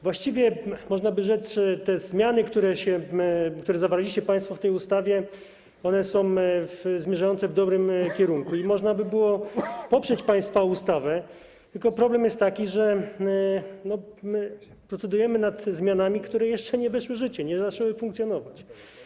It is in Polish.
Właściwie, można by rzec, te zmiany, które zawarliście państwo w tej ustawie, zmierzają w dobrym kierunku i można by było poprzeć państwa ustawę, tylko problem jest taki, że procedujemy nad zmianami, które jeszcze nie weszły w życie, nie zaczęły funkcjonować.